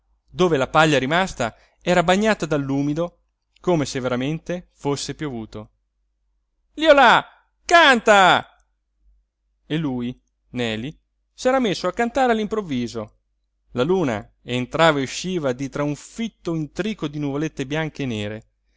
dove la paglia rimasta era bagnata dall'umido come se veramente fosse piovuto liolà canta e lui neli s'era messo a cantare all'improvviso la luna entrava e usciva di tra un fitto intrico di nuvolette bianche e nere